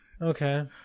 okay